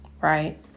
right